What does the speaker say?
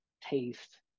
taste